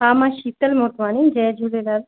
हा मां शीतल मोटवाणी जय झूलेलाल